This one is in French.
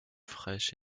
fraîche